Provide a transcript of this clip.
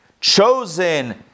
chosen